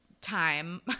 time